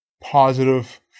positive